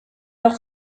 leur